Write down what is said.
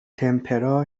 تِمپِرا